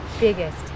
biggest